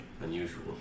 unusual